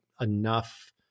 enough